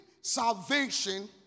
salvation